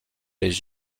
les